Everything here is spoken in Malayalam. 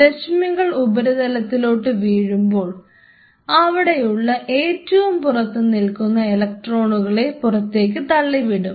രശ്മികൾ ഉപരിതലത്തിലോട്ട് വീഴുമ്പോൾ അവിടെയുള്ള ഏറ്റവും പുറത്തുനിൽക്കുന്ന ഇലക്ട്രോണുകളെ പുറത്തേക്ക് തള്ളിവിടും